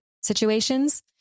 situations